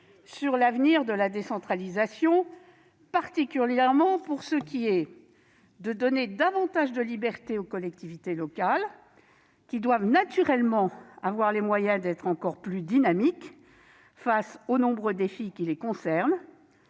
sur l'avenir de la décentralisation, ... Tant mieux !... en particulier pour ce qui est de donner davantage de liberté aux collectivités locales, lesquelles doivent naturellement avoir les moyens d'être encore plus dynamiques face aux nombreux défis qui les concernent,